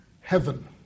heaven